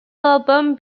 album